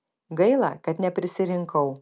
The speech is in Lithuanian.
gaila kad neprisirinkau